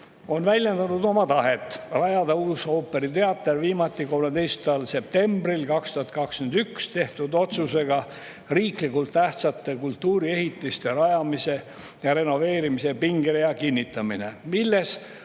väljendanud oma tahet rajada uus ooperiteater 13. septembril 2021 tehtud otsusega "Riiklikult tähtsate kultuuriehitiste rajamise ja renoveerimise pingerea kinnitamine", milles